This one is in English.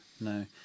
no